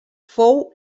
fou